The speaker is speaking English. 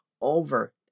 over